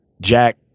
Jack